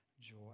joy